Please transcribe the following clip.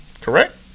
Correct